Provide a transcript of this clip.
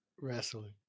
wrestling